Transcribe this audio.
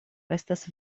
estas